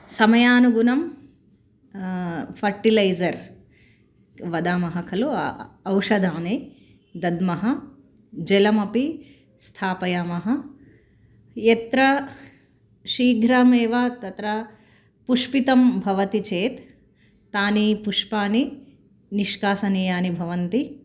समयानुगुणं फ़र्टिलैज़र् वदामः खलु अ औषधानि दद्मः जलमपि स्थापयामः यत्र शीघ्रमेव तत्र पुष्पितं भवति चेत् तानि पुष्पाणि निष्कासनीयानि भवन्ति